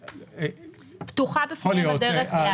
פתוחה בפניהם הדרך.